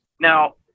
now